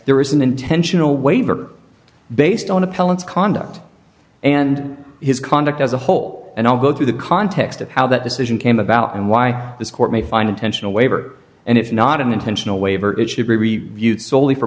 there was an intentional waiver based on appellants conduct and his conduct as a whole and i'll go through the context of how that decision came about and why this court may find intentional waiver and it's not an intentional waiver it should be rebuked soley for